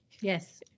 Yes